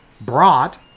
brought